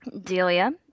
Delia